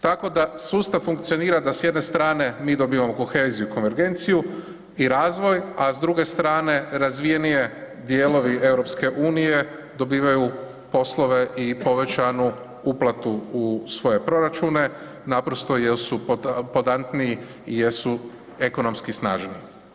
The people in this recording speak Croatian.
Tako da sustav funkcionira da s jedne strane mi dobivamo koheziju i konvergenciju i razvoj, a s druge strane razvijeniji dijelovi EU dobivaju poslove i povećanu uplatu u svoje proračune naprosto jer su podantniji, jer su ekonomski snažniji.